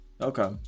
Okay